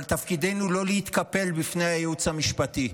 אבל תפקידנו לא להתקפל בפני הייעוץ המשפטי.